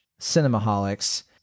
cinemaholics